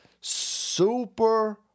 Super